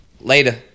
Later